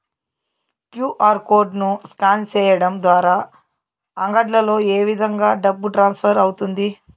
QR code ను scan సేయడం ద్వారా అంగడ్లలో ఏ విధంగా డబ్బు ట్రాన్స్ఫర్ అవుతుంది